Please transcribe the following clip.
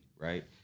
right